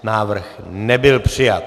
Návrh nebyl přijat.